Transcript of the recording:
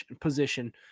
position